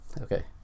Okay